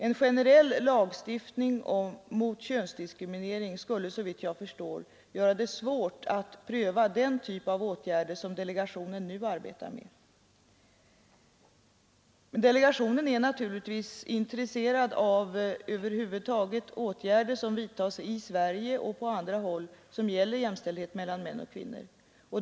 En generell lagstiftning mot könsdiskriminering skulle såvitt jag förstår göra det svårt att pröva den typ av åtgärder som delegationen nu arbetar med. Delegationen är naturligtvis intresserad av alla åtgärder som vidtas i Sverige och på andra håll och som gäller jämställdhet mellan män och kvinnor.